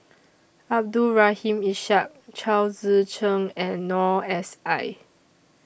Abdul Rahim Ishak Chao Tzee Cheng and Noor S I